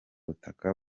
butaka